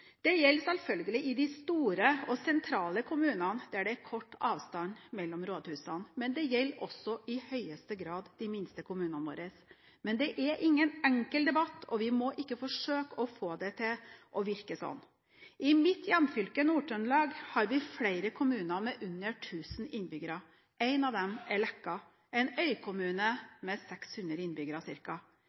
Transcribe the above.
gjelder selvfølgelig i de store og sentrale kommunene, der det er kort avstand mellom rådhusene. Men det gjelder også i høyeste grad i de minste kommunene våre. Men det er ingen enkelt debatt, og vi må ikke forsøke å få det til å virke sånn. I mitt hjemfylke, Nord-Trøndelag, har vi flere kommuner med under 1 000 innbyggere. En av dem er Leka, en øykommune med ca. 600 innbyggere.